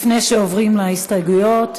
לפני שעוברים להסתייגויות,